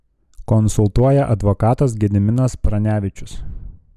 konsultuoja advokatas gediminas pranevičius